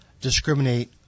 discriminate